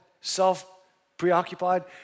self-preoccupied